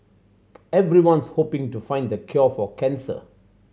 everyone's hoping to find the cure for cancer